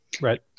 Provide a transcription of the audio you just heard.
right